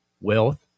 wealth